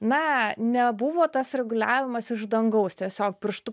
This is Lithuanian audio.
na nebuvo tas reguliavimas iš dangaus tiesiog pirštu